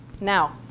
Now